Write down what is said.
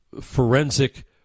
Forensic